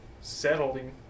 settling